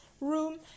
room